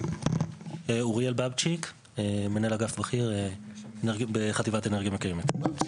במשרד האנרגיה בערך